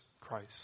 Christ